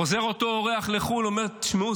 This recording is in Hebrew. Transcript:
חוזר אותו אורח לחו"ל ואומר: תשמעו,